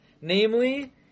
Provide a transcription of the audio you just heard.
Namely